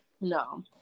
No